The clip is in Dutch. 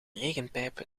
regenpijp